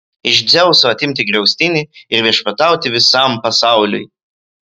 iš dzeuso atimti griaustinį ir viešpatauti visam pasauliui